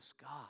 God